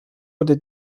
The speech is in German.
oder